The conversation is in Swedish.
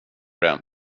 det